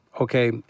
okay